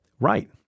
right